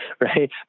Right